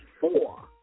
four